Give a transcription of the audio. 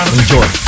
Enjoy